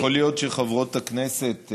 יכול להיות שחברות הכנסת,